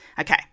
Okay